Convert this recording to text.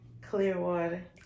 Clearwater